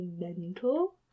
mental